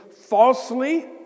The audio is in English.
falsely